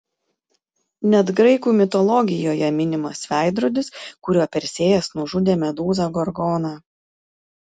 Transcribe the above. net graikų mitologijoje minimas veidrodis kuriuo persėjas nužudė medūzą gorgoną